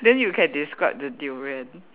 then you can describe the durian